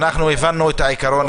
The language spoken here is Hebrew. אנחנו הבנו את העיקרון.